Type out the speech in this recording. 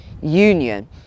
Union